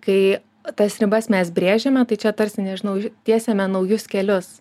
kai tas ribas mes brėžiame tai čia tarsi nežinau tiesiame naujus kelius